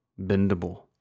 bendable